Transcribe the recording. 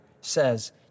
says